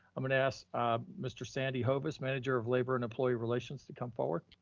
i'm gonna ask mr. sandy hovis, manager of labor and employee relations, to come forward.